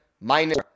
minus